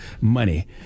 money